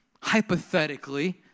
hypothetically